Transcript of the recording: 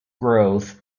growth